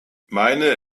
meine